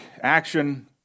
action